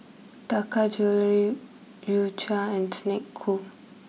Taka Jewelry U Cha and Snek Ku